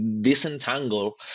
disentangle